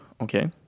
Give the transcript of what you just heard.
okay